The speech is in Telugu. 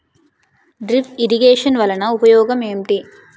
డ్రిప్ ఇరిగేషన్ వలన ఉపయోగం ఏంటి